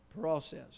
process